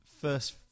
first